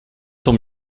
tant